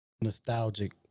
nostalgic